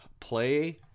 play